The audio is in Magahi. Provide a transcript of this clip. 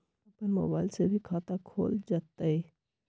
अपन मोबाइल से भी खाता खोल जताईं?